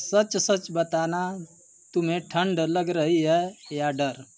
सच सच बताना तुम्हें ठण्ड लग रही है या डर